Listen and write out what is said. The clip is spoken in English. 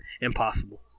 Impossible